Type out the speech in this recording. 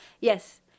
Yes